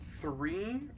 three